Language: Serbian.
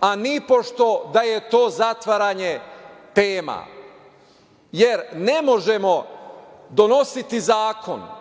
a nipošto da je to zatvaranje tema. Ne možemo donositi zakon